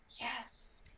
yes